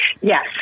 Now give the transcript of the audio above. Yes